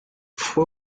fue